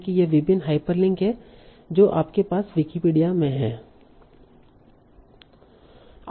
और ये विभिन्न हाइपरलिंक हैं जो आपके पास विकिपीडिया में हैं